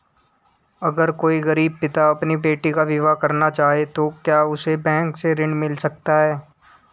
अगर कोई गरीब पिता अपनी बेटी का विवाह करना चाहे तो क्या उसे बैंक से ऋण मिल सकता है?